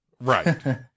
Right